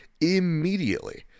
immediately